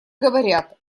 говорят